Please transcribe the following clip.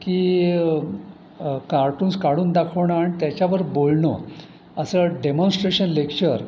की कार्टून्स काढून दाखवणं आण त्याच्यावर बोलणं असं डेमॉनस्ट्रेशन लेक्चर